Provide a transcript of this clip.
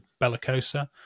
Bellicosa